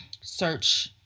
search